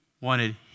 wanted